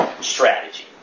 strategy